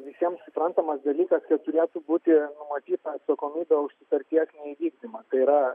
visiems suprantamas dalykas kad turėtų būti numatyta atsakomybė už sutarties įvykdymą tai yra